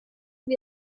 wir